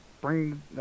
bring